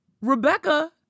Rebecca